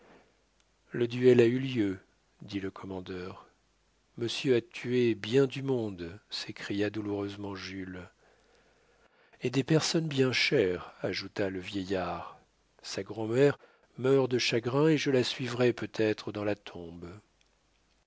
le duel a eu lieu dit le commandeur monsieur a tué bien du monde s'écria douloureusement jules et des personnes bien chères ajouta le vieillard sa grand'mère meurt de chagrin et je la suivrai peut-être dans la tombe